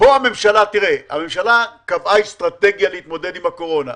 הממשלה קבעה אסטרטגיה להתמודד עם הקורונה,